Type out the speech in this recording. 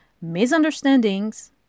misunderstandings